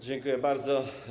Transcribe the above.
Dziękuję bardzo.